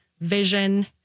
vision